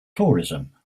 tourism